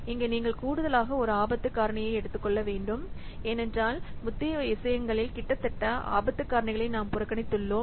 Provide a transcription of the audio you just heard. இங்கே நீங்கள் கூடுதலாக ஒரு ஆபத்து காரணியை எடுத்துக்கொள்ள வேண்டும் ஏனென்றால் முந்தைய விஷயங்களில் கிட்டத்தட்ட ஆபத்து காரணிகளை நாம் புறக்கணித்துள்ளோம்